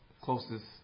closest